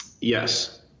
yes